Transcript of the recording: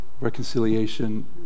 reconciliation